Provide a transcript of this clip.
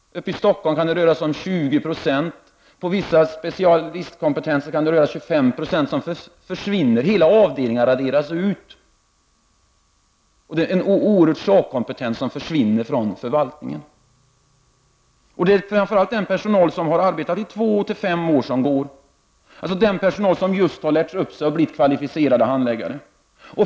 I Stockholm kan det röra sig om 20 96. I fråga om vissa specialistkompetenser kan det röra sig om hela 25 90. Hela avdelningar raderas ut, och en oerhört stor sakkunskap försvinner från förvaltningen. Framför allt är det den personal som har arbetat från två till fem år som slutar. Det är den personal som just har lärt upp sig och blivit kvalificerade handläggare.